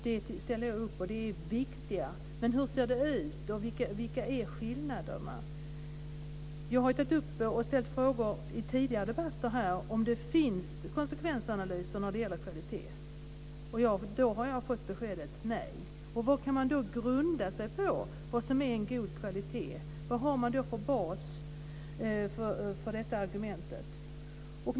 Detta ställer jag upp på - det är viktiga frågor. Men hur ser det ut, och vilka är skillnaderna? Jag har tagit upp och ställt frågor i tidigare debatter här som handlar om ifall det finns konsekvensanalyser när det gäller kvalitet. Då har jag fått beskedet nej. På vad kan man då grunda vad som är en god kvalitet? Vad har man då för bas för detta argument?